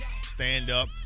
stand-up